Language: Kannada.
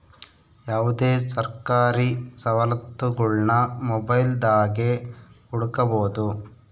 ಯಾವುದೇ ಸರ್ಕಾರಿ ಸವಲತ್ತುಗುಳ್ನ ಮೊಬೈಲ್ದಾಗೆ ಹುಡುಕಬೊದು